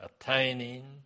attaining